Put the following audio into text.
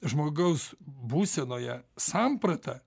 žmogaus būsenoje sampratą